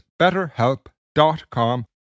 betterhelp.com